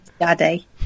Daddy